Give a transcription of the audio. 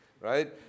Right